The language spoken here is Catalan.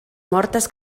mortes